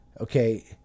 Okay